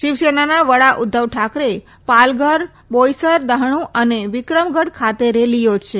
શિવસેનાના વડા ઉધ્ધવ ઠાકરે પાલઘર બોઇસર ડફાણુ અને વિક્રમગઢ ખાતે રેલી યોજશે